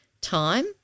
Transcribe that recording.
time